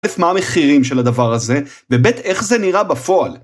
מה המחירים של הדבר הזה ובית איך זה נראה בפועל?